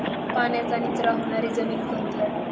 पाण्याचा निचरा होणारी जमीन कोणती?